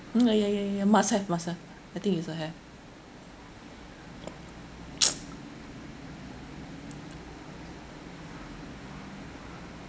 mm ya ya ya ya ya must have must have I think it's a have